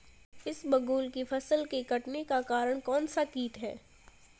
इसबगोल की फसल के कटने का कारण कौनसा कीट है?